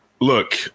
look